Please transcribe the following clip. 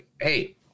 hey